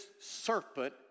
serpent